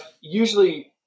Usually